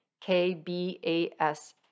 K-B-A-S